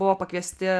buvo pakviesti